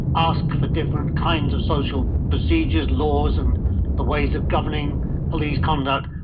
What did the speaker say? ask for different kinds of social procedures, laws and the ways of governing police conduct,